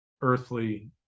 earthly